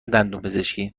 دندونپزشکی